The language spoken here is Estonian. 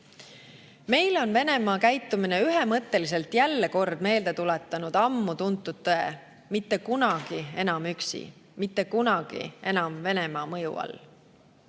Meile on Venemaa käitumine ühemõtteliselt jälle kord meelde tuletanud ammu tuntud tõe: mitte kunagi enam üksi, mitte kunagi enam Venemaa mõju all. Uue